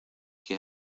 que